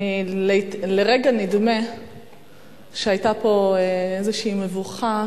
לרגע נדמה שהיתה פה איזו מבוכה,